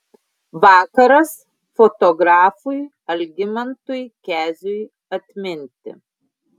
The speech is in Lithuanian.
vakaras fotografui algimantui keziui atminti